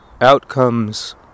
outcomes